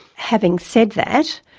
having said that,